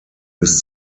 bis